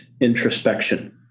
introspection